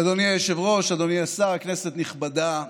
אדוני היושב-ראש, אדוני השר, כנסת נכבדה,